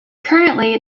currently